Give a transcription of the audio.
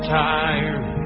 tired